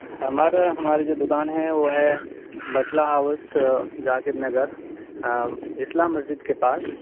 ہمارا ہماری جو دکان ہے وہ ہے بٹلہ ہاؤس ذاکر نگر اسلام مسجد کے پاس